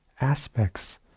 aspects